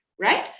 right